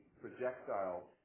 projectile